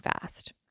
fast